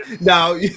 Now